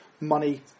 money